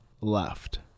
Left